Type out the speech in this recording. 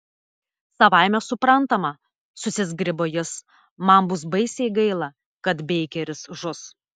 savaime suprantama susizgribo jis man bus baisiai gaila kad beikeris žus